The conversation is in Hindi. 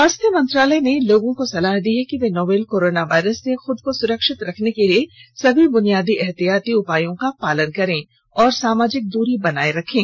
स्वास्थ्य मंत्रालय ने लोगों को सलाह दी है कि वे नोवल कोरोना वायरस से अपने को सुरक्षित रखने के लिए सभी बुनियादी एहतियाती उपायों का पालन करें और सामाजिक दूरी बनाए रखें